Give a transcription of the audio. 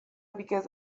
because